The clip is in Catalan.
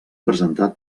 presentat